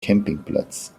campingplatz